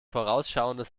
vorausschauendes